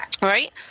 Right